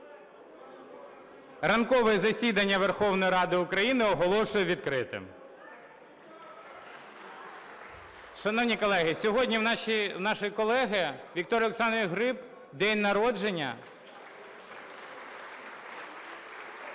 Ранкове засідання Верховної Ради України оголошую відкритим. Шановні колеги, сьогодні у нашої колеги Вікторії Олександрівни Гриб день народження.